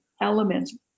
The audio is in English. elements